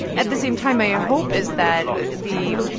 at the same time, my ah hope is that the,